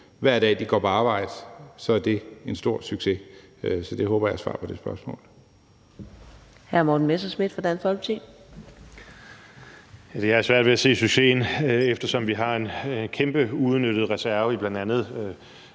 Hver dag de går på arbejde, er det en stor succes. Så det håber jeg er svar på det spørgsmål.